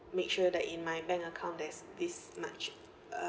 make sure that in my bank account there's this much